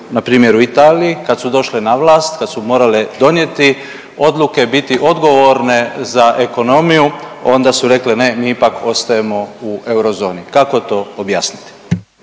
npr. u Italiji kad su došle na vlast, kad su morale donijeti odluke, biti odgovorne za ekonomiju, onda su rekle, ne, mi ipak ostajemo u eurozoni. Kako to objasniti?